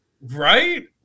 Right